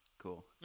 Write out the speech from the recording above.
Cool